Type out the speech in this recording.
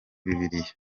bibiliya